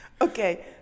Okay